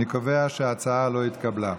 אני קובע שההצעה לא התקבלה.